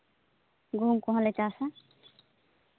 ᱜᱩᱦᱩᱢ ᱠᱚᱦᱚᱸ ᱞᱮ ᱪᱟᱥᱟ